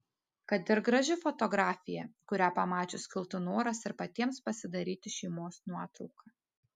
kad ir graži fotografija kurią pamačius kiltų noras ir patiems pasidaryti šeimos nuotrauką